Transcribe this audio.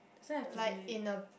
like in a